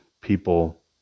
people